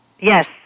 Yes